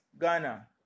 Ghana